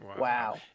Wow